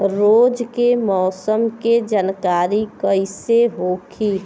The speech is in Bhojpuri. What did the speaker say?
रोज के मौसम के जानकारी कइसे होखि?